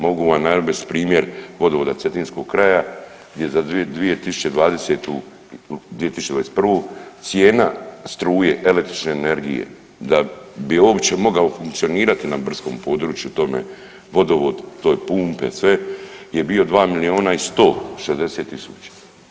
Mogu vam navest primjer vodovoda cetinskog kraja i za 2020., 2021. cijena struje električne energije da bi uopće mogao funkcionirati na brdskom području tome vodovod to je pumpe, sve je bio 2 milijuna i 160 000.